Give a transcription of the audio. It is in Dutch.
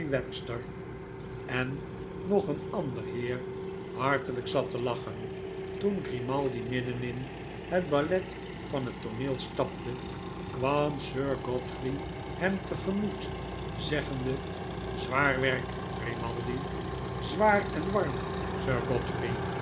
en nog een ander heer hartelijk zat te lachen toen grimaldi midden in het ballet van het tooneel stapte kwam sir godfrey hem te gemoet zeggende zwaar werk grimaldi zwaar en warm sir godfrey